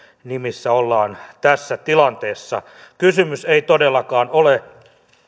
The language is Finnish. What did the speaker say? nimissä ollaan tässä tilanteessa kysymys ei todellakaan ole